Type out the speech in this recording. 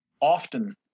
often